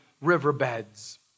riverbeds